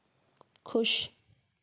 खुश